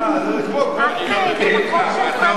אבל זה מה שהעם אוהב.